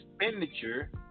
expenditure